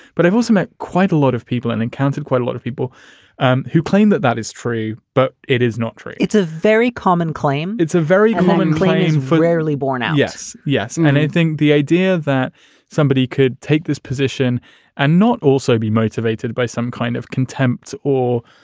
but i've also met quite a lot of people and encountered quite a lot of people and who claim that that is true. but it is not true it's a very common claim. it's a very common claim for rarely born out yes. yes. and and i think the idea that somebody could take this position and not also be motivated by some kind of contempt or,